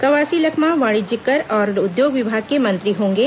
कवासी लखमा वाणिज्यिक कर और उद्योग विभाग के मंत्री होंगे